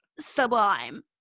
sublime